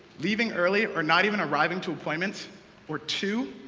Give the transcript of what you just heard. leaving early, or not even arriving to appointments or two,